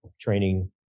training